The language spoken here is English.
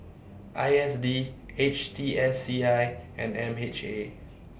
I S D H T S C I and M H A